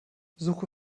suche